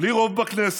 בלי רוב בכנסת,